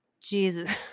Jesus